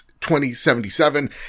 2077